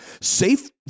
Safe